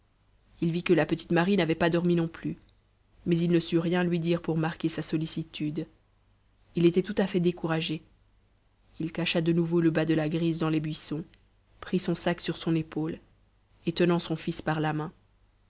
il vit que la petite marie n'avait pas dormi non plus mais il ne sut rien lui dire pour marquer sa sollicitude il était tout à fait découragé il cacha de nouveau le bât de la grise dans les buissons prit son sac sur son épaule et tenant son fils par la main